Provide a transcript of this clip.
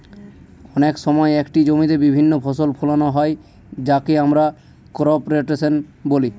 অনেক সময় একটি জমিতে বিভিন্ন ফসল ফোলানো হয় যাকে আমরা ক্রপ রোটেশন বলি